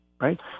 right